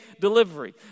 delivery